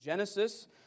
Genesis